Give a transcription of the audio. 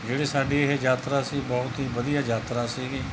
ਜਿਹੜੀ ਸਾਡੀ ਇਹ ਯਾਤਰਾ ਸੀ ਬਹੁਤ ਹੀ ਵਧੀਆ ਯਾਤਰਾ ਸੀਗੀ